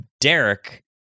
Derek